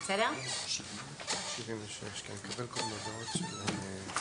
(3)בסעיף 15ה - בסעיף קטן (א), בהגדה " הסכום